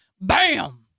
Bam